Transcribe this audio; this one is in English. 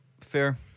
Fair